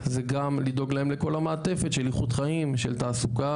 זה גם לדאוג להן לכל המעטפת של איכות חיים של תעסוקה,